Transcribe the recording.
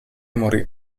morì